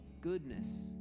goodness